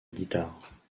guitare